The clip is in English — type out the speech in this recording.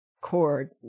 cord